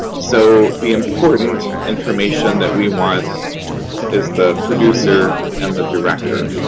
so, the important information that we want is the producer and the director.